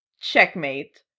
Checkmate